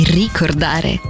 ricordare